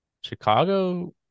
Chicago